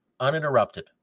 uninterrupted